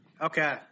Okay